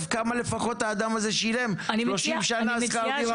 כמה לפחות האדם הזה שילם 30 שנה שכר דירה.